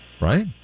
right